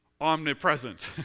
omnipresent